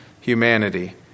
humanity